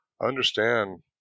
understand